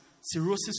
cirrhosis